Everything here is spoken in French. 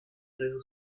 réseaux